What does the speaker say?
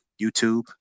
youtube